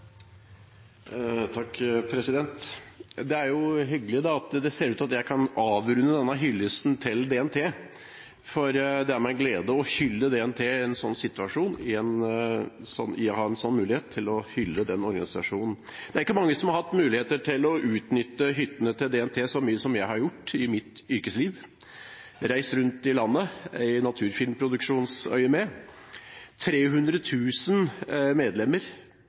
hyggelig at det ser ut til at jeg kan avrunde denne hyllesten til DNT, for det er meg en glede å ha en sånn mulighet til å hylle den organisasjonen. Det er ikke mange som har hatt muligheten til å nytte hyttene til DNT så mye som jeg har gjort i mitt yrkesliv, når jeg har reist rundt i landet i naturfilmproduksjonsøyemed. 300 000 medlemmer